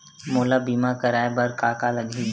मोला बीमा कराये बर का का लगही?